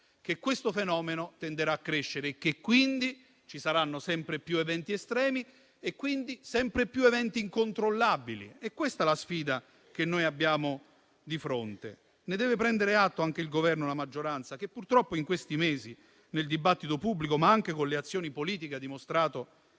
Che questo fenomeno tenderà a crescere, quindi ci saranno sempre più eventi estremi ed incontrollabili: è questa la sfida che abbiamo di fronte. Ne devono prendere atto anche il Governo e la maggioranza, che purtroppo in questi mesi nel dibattito pubblico, ma anche con le azioni politiche, ha dimostrato